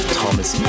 thomas